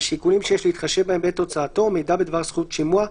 השיקולים שיש להתחשב בהם בעת הוצאתו ומידע בדבר זכות שימוע,